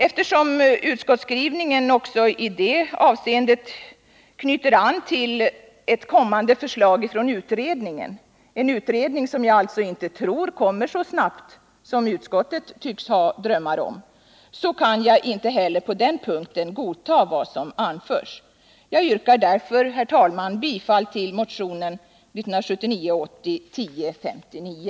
Eftersom även detta i utskottsskrivningen knyts an till ett kommande förslag från utredningen — den utredning som jag alltså inte tror kommer med förslag så snart som utskottet tycks ha drömmar om — kan jag inte heller på den punkten godta vad som anförs. Jag yrkar därför, herr talman, bifall till motionen 1979/80:1059.